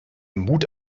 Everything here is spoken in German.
mut